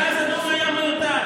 ואז הנאום היה מיותר.